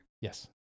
Yes